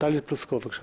טלי פלוסקוב, בבקשה.